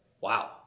Wow